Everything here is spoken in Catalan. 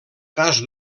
cas